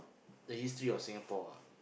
the history of Singapore ah